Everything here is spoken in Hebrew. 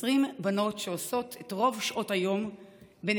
20 בנות שעושות את רוב שעות היום בנתינה,